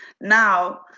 Now